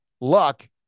Luck